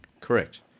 Correct